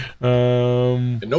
No